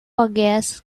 gas